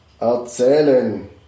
erzählen